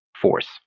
force